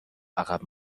عقب